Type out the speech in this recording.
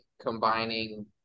combining